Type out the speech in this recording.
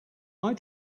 eye